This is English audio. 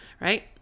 right